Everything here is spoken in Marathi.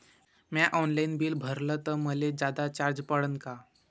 म्या ऑनलाईन बिल भरलं तर मले जादा चार्ज पडन का?